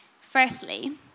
Firstly